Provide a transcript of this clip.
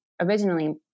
originally